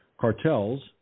Cartels